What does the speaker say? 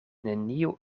neniu